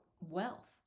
wealth